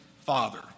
father